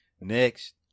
next